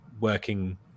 working